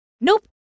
Nope